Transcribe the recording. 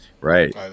Right